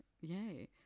Yay